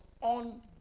on